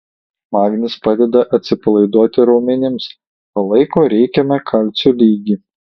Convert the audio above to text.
magnis padeda atsipalaiduoti raumenims palaiko reikiamą kalcio lygį